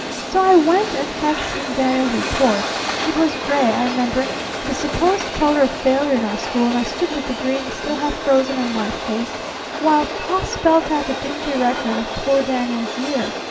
so i went and fetched him daniel's report. it was gray, i remember the supposed color of failure in our school and i stood with the grin still half frozen on my face while pa spelt out the dingy record of poor daniel's year.